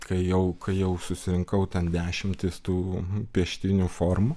kai jau jau susirinkau ten dešimtis tų pieštinių formų